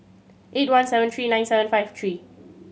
eight one seven three nine seven five three